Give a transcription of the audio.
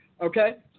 Okay